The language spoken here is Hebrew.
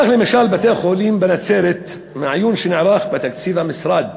כך, למשל, בתי-החולים בנצרת, מעיון בתקציב המשרד